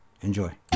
Enjoy